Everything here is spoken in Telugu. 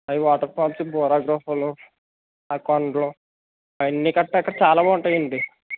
అవి వాటర్ఫాల్స్ బొర్రా గుహలు ఆ కొండలు అవన్నీ గట్రా అక్కడ చాలా బాగుంటాయండీ